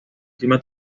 clima